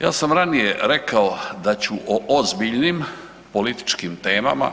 ja sam ranije rekao da ću o ozbiljnim političkim temama